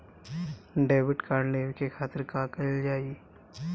Debit card लेवे के खातिर का कइल जाइ?